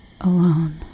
alone